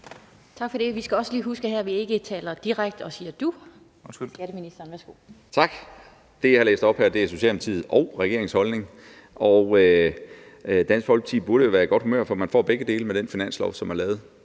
Tak for det. Vi skal lige huske, at vi ikke bruger direkte tiltale og siger du. Skatteministeren, værsgo. Kl. 13:18 Skatteministeren (Morten Bødskov): Tak. Det, jeg læste op her, er Socialdemokratiet og regeringens holdning, og Dansk Folkeparti burde jo være i godt humør, for man får begge dele med den finanslov, som er blevet